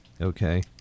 Okay